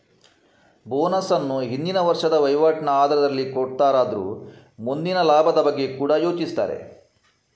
bonus ಅನ್ನು ಹಿಂದಿನ ವರ್ಷದ ವೈವಾಟಿನ ಆಧಾರದಲ್ಲಿ ಕೊಡ್ತಾರಾದ್ರೂ ಮುಂದಿನ ಲಾಭದ ಬಗ್ಗೆ ಕೂಡಾ ಯೋಚಿಸ್ತಾರೆ